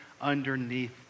underneath